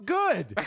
good